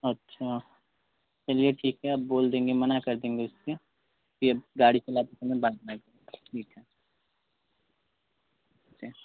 अच्छा चलिए ठीक है अब बोल देंगे मना कर देंगे उससे कि अब गाड़ी चलाते समय दारू ना पीए ठीक है